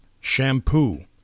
Shampoo